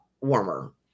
warmer